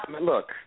Look